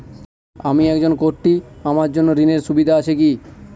আমি একজন কট্টি আমার জন্য ঋণের সুবিধা আছে কি?